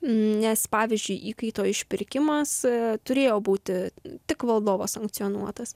nes pavyzdžiui įkaito išpirkimas turėjo būti tik valdovo sankcionuotas